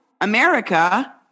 America